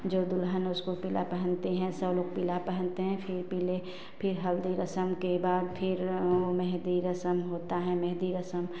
जो दुल्हन है वह पीला पहनती है सबलोग पीला पहनते हैं फिर पीले हल्दी रस्म के बाद मेहँदी रस्म होती है मेहँदी रस्म